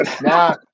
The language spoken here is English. Now